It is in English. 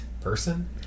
person